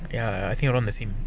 ya I think around the same